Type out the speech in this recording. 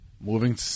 moving